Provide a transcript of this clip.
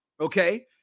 okay